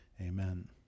amen